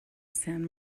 san